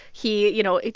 he, you know,